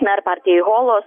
na ir partijai holos